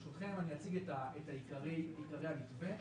אני אציג את עיקרי המתווה.